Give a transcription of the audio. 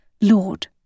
Lord